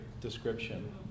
description